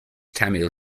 tamil